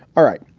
all right.